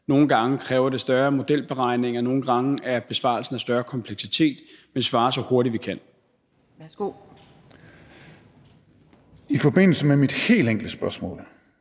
nogle gange kræver det større modelberegninger, og nogle gange er besvarelsen af større kompleksitet, men vi svarer så hurtigt, vi kan. Kl. 18:02 Anden næstformand